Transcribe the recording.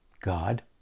God